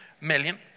million